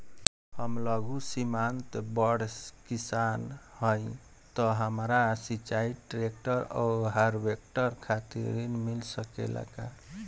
हम लघु सीमांत बड़ किसान हईं त हमरा सिंचाई ट्रेक्टर और हार्वेस्टर खातिर ऋण मिल सकेला का?